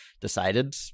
decided